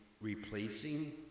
replacing